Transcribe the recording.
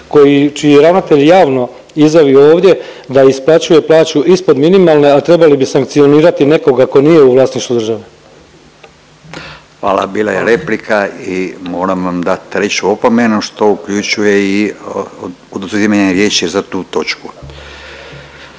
čiji je ravnatelj javno izjavio ovdje da isplaćuje plaću ispod minimalne, a trebali bi sankcionirati nekoga ko nije u vlasništvu države. **Radin, Furio (Nezavisni)** Hvala, bila je replike i moram vam dat treću opomenu, što uključuje i oduzimanje riječi za tu točku.